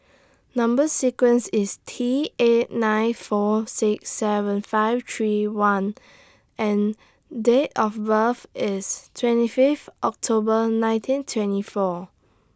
Number sequence IS T eight nine four six seven five three one and Date of birth IS twenty Fifth October nineteen twenty four